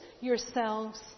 yourselves